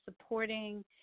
supporting